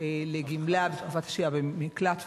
לגמלה בתקופת השהייה במקלט וכו',